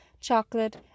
chocolate